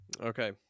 Okay